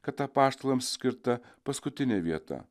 kad apaštalams skirta paskutinė vieta